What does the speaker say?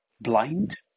blind